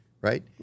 right